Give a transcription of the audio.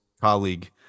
colleague